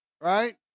Right